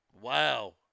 Wow